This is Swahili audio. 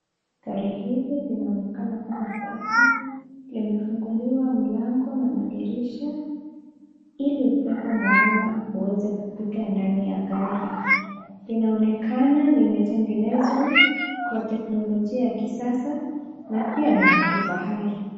Gari hili linaonekana kuwa safi , limefunguliwa milango na madirisha ili upepo mwanana uweze kufika ndani ya gari. Linaoenakana limetengenezwa kwa teknolojia ya kisasa na pia ni la kifahari.